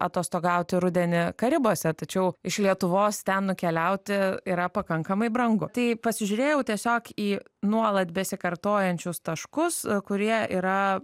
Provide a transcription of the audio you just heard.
atostogauti rudenį karibuose tačiau iš lietuvos ten nukeliauti yra pakankamai brangu tai pasižiūrėjau tiesiog į nuolat besikartojančius taškus kurie yra